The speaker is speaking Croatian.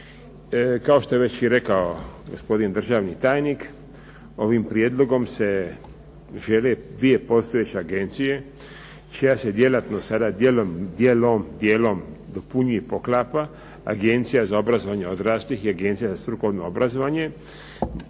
Kao što je već i rekao gospodin državni tajnik, ovim prijedlogom se žele dvije postojeće agencije čija se djelatnost sada dijelom dopunjuje i poklapa, Agencija za obrazovanje odraslih i agencija za strukovno obrazovanje,